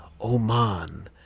Oman